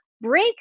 break